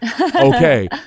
Okay